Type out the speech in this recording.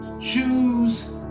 choose